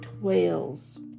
whales